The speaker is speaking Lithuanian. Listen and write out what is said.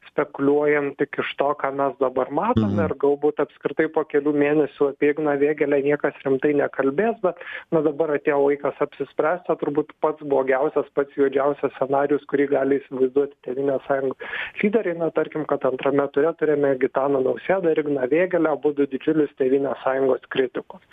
spekuliuojam tik iš to ką mes dabar matom ir galbūt apskritai po kelių mėnesių apie igną vėgėlę niekas rimtai nekalbės bet na dabar atėjo laikas apsispręst o turbūt pats blogiausias pats juodžiausias scenarijus kurį gali įsivaizduot tėvynės sąjungos lyderiai na tarkim kad antrame ture turime gitaną nausėdą ir igną vėgėlę abudu didžiulius tėvynės sąjungos kritikus